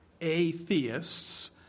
atheists